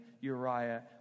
Uriah